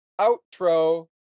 outro